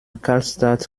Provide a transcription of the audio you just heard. kaltstart